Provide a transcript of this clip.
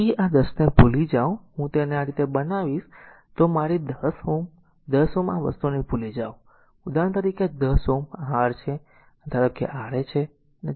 તેથી આ 10 ને ભૂલી જાવ હું તેને આ રીતે બનાવીશ તો મારી 10 10 Ω આ વસ્તુને ભૂલી જાઓ ઉદાહરણ તરીકે 10 Ω તો આ r છે ધારો કે આ r a છે